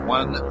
one